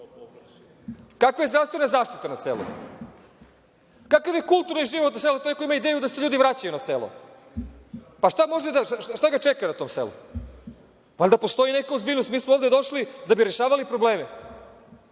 Kakva je zdravstvena zaštita na selu? Kakav je kulturni život na selu, taj koji ima ideju da se ljudi vraćaju na selo? Šta ga čeka na tom selu? Valjda postoji neka ozbiljnost. Mi smo ovde došli da bi rešavali probleme.